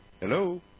Hello